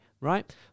right